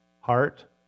Heart